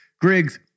Griggs